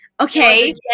Okay